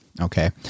Okay